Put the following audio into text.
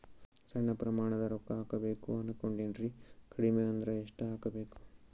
ಸಣ್ಣ ಪ್ರಮಾಣದ ರೊಕ್ಕ ಹಾಕಬೇಕು ಅನಕೊಂಡಿನ್ರಿ ಕಡಿಮಿ ಅಂದ್ರ ಎಷ್ಟ ಹಾಕಬೇಕು?